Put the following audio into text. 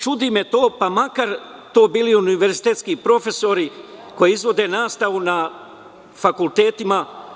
Čudi me to, pa makar to bili univerzitetski profesori koji izvode nastavu na fakultetima.